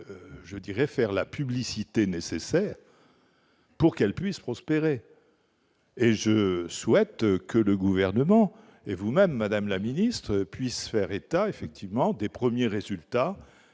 je dirai, faire la publicité nécessaire pour qu'elle puisse prospérer et je souhaite que le gouvernement et vous-même, Madame la Ministre, puisse faire état effectivement des premiers résultats,